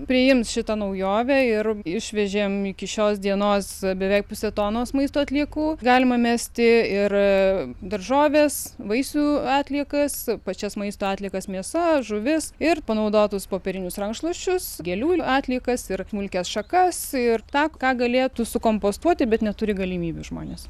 priims šitą naujovę ir išvežėm iki šios dienos beveik pusę tonos maisto atliekų galima mesti ir daržoves vaisių atliekas pačias maisto atliekas mėsa žuvis ir panaudotus popierinius rankšluosčius gėlių atliekas ir smulkias šakas ir tą ką galėtų sukompostuoti bet neturi galimybių žmonės